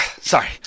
Sorry